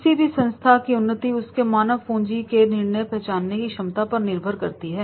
किसी भी संस्था की उन्नति उसके मानव पूंजी के निर्णय पहचानने की क्षमता पर निर्भर करती है